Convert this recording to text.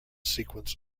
sequence